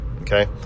Okay